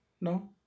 no